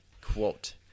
quote